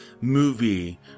movie